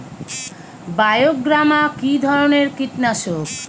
বায়োগ্রামা কিধরনের কীটনাশক?